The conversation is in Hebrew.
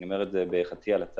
אני אומר את זה בחצי הלצה,